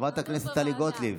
חברת הכנסת טלי גוטליב.